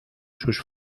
sus